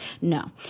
No